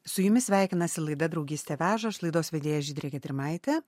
su jumis sveikinasi laida draugystė veža aš laidos vedėja žydrė gedrimaitė